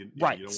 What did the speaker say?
Right